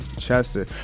Chester